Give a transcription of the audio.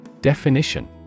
Definition